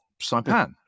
Saipan